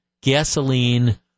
gasoline